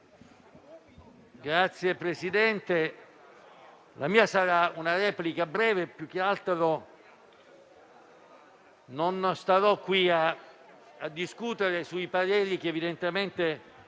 Signor Presidente, la mia sarà una replica breve. Più che altro non starò qui a discutere sui pareri che evidentemente